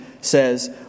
says